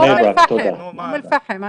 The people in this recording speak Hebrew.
אום אל פחם.